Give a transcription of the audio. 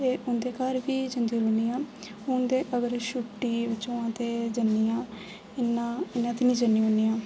ते उं'दे घर बी जन्दी रौह्न्नी आं हून ते अगर छुट्टी होआ ते जन्नी आं इ'न्ना इ'यां ते निं जन्नी होनी आं